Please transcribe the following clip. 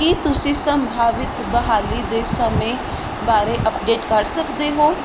ਕੀ ਤੁਸੀਂ ਸੰਭਾਵਿਤ ਬਹਾਲੀ ਦੇ ਸਮੇਂ ਬਾਰੇ ਅੱਪਡੇਟ ਕਰ ਸਕਦੇ ਹੋ